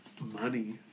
money